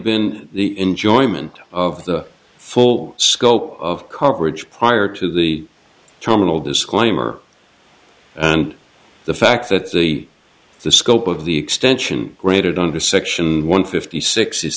been the enjoyment of the full scope of coverage prior to the terminal disclaimer and the fact that the the scope of the extension granted under section one fifty six